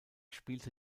spielte